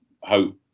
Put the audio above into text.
hope